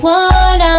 one